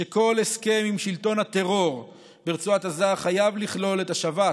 שכל הסכם עם שלטון הטרור ברצועת עזה חייב לכלול את השבת